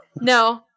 no